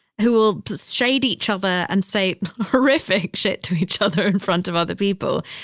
who will shade each other and say horrific shit to each other in front of other people.